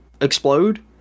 explode